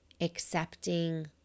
accepting